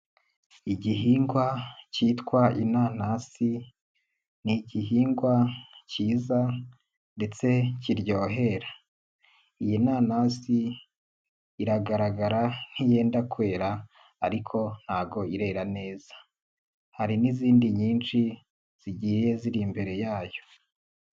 Igihingwa cyitwa inanasi, ni igihingwa cyiza ndetse kiryohera. Iyi nanasi iragaragara nk'iyenda kwera, ariko ntago irera neza. Hari n'izindi nyinshi zigiye ziri imbere yayo.